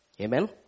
Amen